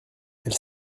elles